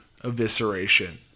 evisceration